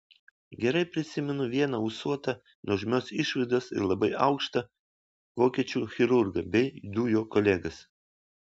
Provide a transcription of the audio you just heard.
gerai prisimenu vieną ūsuotą nuožmios išvaizdos ir labai aukštą vokiečių chirurgą bei du jo kolegas